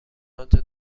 آنجا